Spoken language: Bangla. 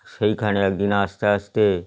সেইখানে এক দিন আসতে আসতে